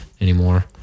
anymore